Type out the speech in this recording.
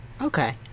Okay